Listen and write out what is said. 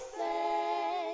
say